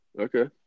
okay